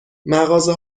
مغازه